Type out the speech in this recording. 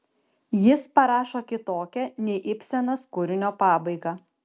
jis parašo kitokią nei ibsenas kūrinio pabaigą